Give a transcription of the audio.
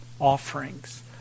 offerings